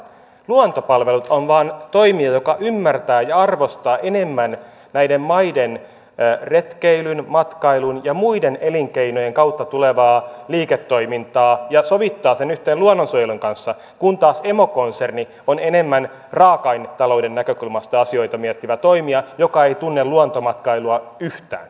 luontopalvelut on vain toimija joka ymmärtää ja arvostaa enemmän näiden maiden retkeilyn matkailun ja muiden elinkeinojen kautta tulevaa liiketoimintaa ja sovittaa sen yhteen luonnonsuojelun kanssa kun taas emokonserni on enemmän raaka ainetalouden näkökulmasta asioita miettivä toimija joka ei tunne luontomatkailua yhtään